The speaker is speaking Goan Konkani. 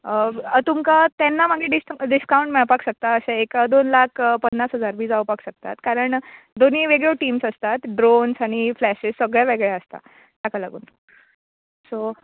तुमकां तेन्ना मागीर डिस डिसकावंट मेळपाक शकता अशें एक दोन लाख पन्नास हजार बीन जावपाक शकतात कारण दोनूय वेगळ्यो टिम्स आसतात ड्रोन आनी फ्लेशीस सगळें वेगळें आसता ताका लागून सो